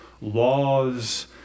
laws